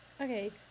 Okay